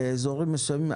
באיזורים מסוימים,